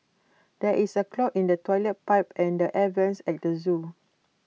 there is A clog in the Toilet Pipe and the air Vents at the Zoo